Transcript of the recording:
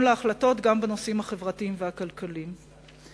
גם להחלטות בנושאים החברתיים והכלכליים.